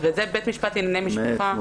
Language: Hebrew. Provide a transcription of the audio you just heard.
ואת זה בית המשפט לענייני משפחה --- באמת,